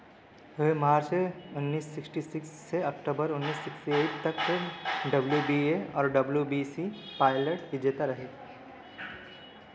वह मार्च उन्नीस sixty six से अक्टूबर उन्नीस सिक्स्टी एट तक डब्ल्यू बी ए और डब्ल्यू बी सी पायलट विजेता रहे